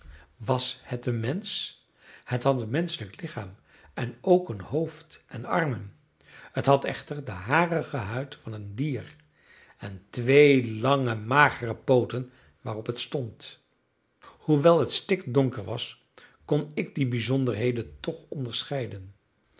was het een mensch het had een menschelijk lichaam en ook een hoofd en armen het had echter de harige huid van een dier en twee lange magere pooten waarop het stond hoewel het stikdonker was kon ik die bijzonderheden toch onderscheiden